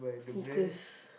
Snickers